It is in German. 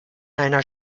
einer